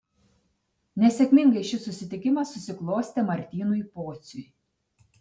nesėkmingai šis susitikimas susiklostė martynui pociui